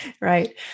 Right